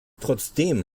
trotzdem